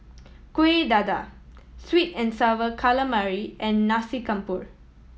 Kueh Dadar sweet and Sour Calamari and Nasi Campur